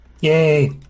Yay